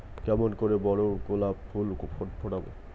কেমন করে বড় গোলাপ ফুল ফোটাব?